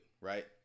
right